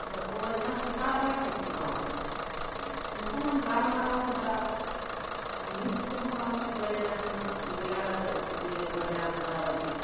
ᱡᱚᱛᱚ ᱦᱚᱲ ᱮᱱᱟᱱ ᱥᱮᱛᱟᱜ ᱨᱮᱞᱮ ᱥᱟᱹᱛ ᱪᱟᱵᱟ ᱟᱠᱟᱱᱟ ᱚᱱᱠᱟ ᱞᱟᱝ ᱜᱟᱞᱢᱟᱨᱟᱣ ᱠᱮᱫᱟ ᱟᱨ ᱱᱤᱛ ᱛᱮᱦᱚᱸ ᱵᱟᱢ ᱥᱮᱴᱮᱨ ᱞᱮᱱᱟ ᱱᱩᱱᱟᱜ ᱵᱮᱞᱟ ᱤᱭᱟᱹ ᱵᱟᱡᱟᱣ ᱮᱱᱟ ᱵᱟᱨᱳ ᱵᱟᱡᱮ